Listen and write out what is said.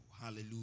Hallelujah